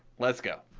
let's go.